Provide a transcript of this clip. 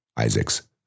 Isaac's